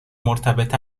مرتبط